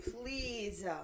please